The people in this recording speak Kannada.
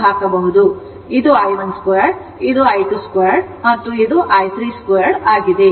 ಇದು i1 2 ಇದು i2 2 ಇದು i3 2 ಆಗಿದೆ